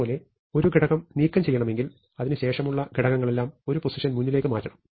അതുപോലെ ഒരു ഘടകം നീക്കം ചെയ്യണമെങ്കിൽ അതിനു ശേഷമുള്ള ഘടകങ്ങളെല്ലാം ഒരു പൊസിഷൻ മുന്നിലേക്ക് മാറ്റണം